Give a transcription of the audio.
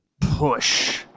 push